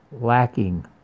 lacking